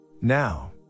Now